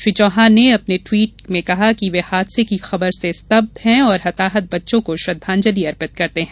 श्री चौहान ने अपने ट्वीट में कहा कि वे हादसे की खबर से स्तब्ध हैं और हताहत बच्चों को श्रद्धांजलि अर्पित करते हैं